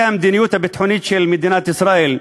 המדיניות הביטחונית של מדינת ישראל,